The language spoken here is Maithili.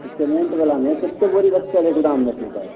सिमेण्ट बलामे कतेक बोरी बचल है गोदाममे अभी तक